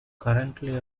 currently